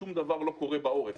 שום דבר לא קורה בעורף.